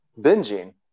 binging